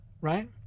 right